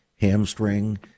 hamstring